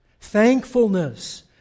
thankfulness